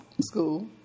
School